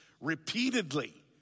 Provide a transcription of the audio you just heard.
repeatedly